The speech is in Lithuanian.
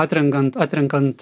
atrenkant atrenkant